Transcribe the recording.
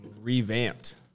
revamped